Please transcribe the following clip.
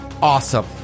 awesome